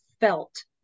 felt